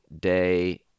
day